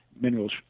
minerals